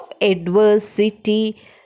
adversity